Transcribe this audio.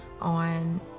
on